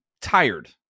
tired